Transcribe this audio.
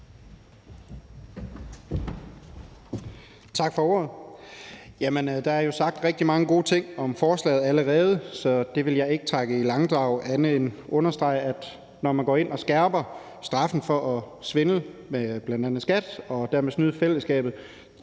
Tak for ordet. Der er jo sagt rigtig mange gode ting om forslaget allerede, så det vil jeg ikke trække i langdrag, men bare understrege, at når man går ind og skærper straffen for at svindle med bl.a. skat og dermed snyde fællesskabet,